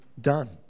done